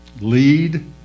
lead